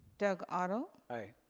doug otto? aye.